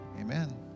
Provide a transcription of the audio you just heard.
Amen